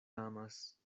amas